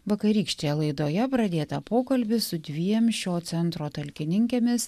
vakarykštėje laidoje pradėtą pokalbį su dviem šio centro talkininkėmis